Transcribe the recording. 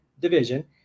division